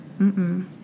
Mm-mm